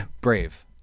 Brave